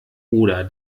oder